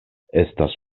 estas